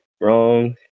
wrong